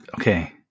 Okay